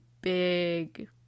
big